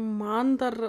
man dar